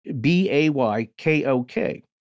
B-A-Y-K-O-K